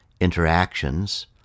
interactions